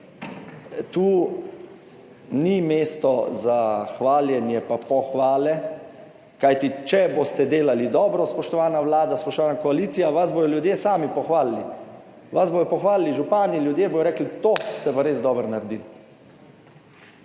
tu ni mesto za hvaljenje pa pohvale, kajti če boste delali dobro, spoštovana Vlada, spoštovana koalicija, vas bodo ljudje sami pohvalili. Vas bodo pohvalili župani, ljudje bodo rekli, to ste pa res dobro naredili.